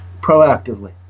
proactively